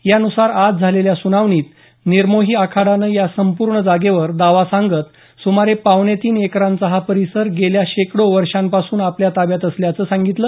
या नुसार आज झालेल्या सुनावणीत निर्मोही आखाड्यानं या संपूर्ण जागेवर दावा सांगत सुमारे पावणे तीन एकरांचा हा परिसर गेल्या शेकडो वर्षांपासून आपल्या ताब्यात असल्याचं सांगितलं